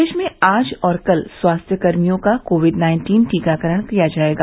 प्रदेश में आज और कल स्वास्थ्यकर्मियों का कोविड नाइन्टीन टीकाकरण किया जायेगा